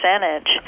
percentage